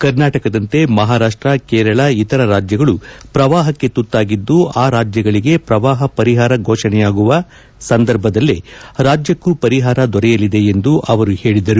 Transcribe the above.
ಕರ್ನಾಟಕದಂತೆ ಮಹಾರಾಷ್ಟ ಕೇರಳ ಇತರ ರಾಜ್ಯಗಳು ಪ್ರವಾಹಕ್ಕೆ ತುತ್ತಾಗಿದ್ದು ಆ ರಾಜ್ಯಗಳಿಗೆ ಪ್ರವಾಪ ಪರಿಹಾರ ಘೋಷಣೆಯಾಗುವ ಸಂದರ್ಭದಲ್ಲೇ ರಾಜ್ಯಕ್ಕೂ ಪರಿಹಾರ ದೊರೆಯಲಿದೆ ಎಂದು ಅವರು ಹೇಳಿದರು